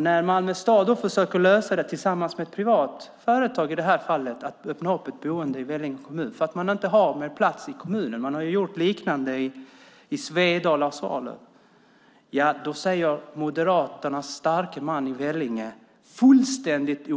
När Malmö stad försöker lösa detta tillsammans med ett privat företag genom att öppna ett boende i Vellinge kommun för att man inte har fler platser i Malmö - man har gjort liknande i Svedala och Svalöv - då säger Moderaternas starke man i Vellinge att det är fullständigt